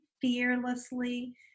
fearlessly